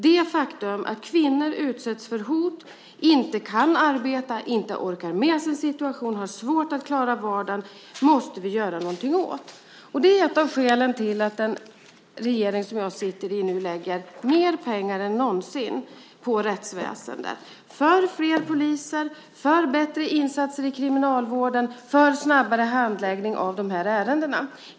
Det faktum att kvinnor utsätts för hot, inte kan arbeta, inte orkar med sin situation och har svårt att klara vardagen måste vi göra någonting åt. Det är ett av skälen till att den regering som jag sitter i lägger mer pengar än någonsin på rättsväsendet - för fler poliser, för bättre insatser i kriminalvården och för snabbare handläggning av dessa ärenden.